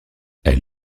elle